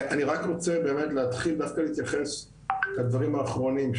אני רק רוצה להתייחס לדברים האחרונים,